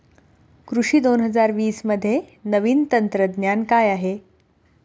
कृषी दोन हजार वीसमध्ये नवीन तंत्रज्ञान काय आहे?